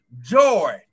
joy